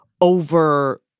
over